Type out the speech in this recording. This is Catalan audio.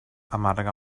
amarga